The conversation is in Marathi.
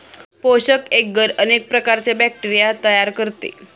पोषक एग्गर अनेक प्रकारचे बॅक्टेरिया तयार करते